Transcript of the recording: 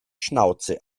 schnauze